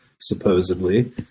supposedly